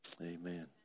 Amen